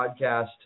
Podcast